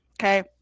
okay